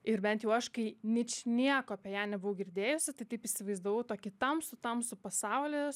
ir bent jau aš kai ničnieko apie ją nebuvau girdėjusi taip taip įsivaizdavau tokį tamsų tamsų pasaulį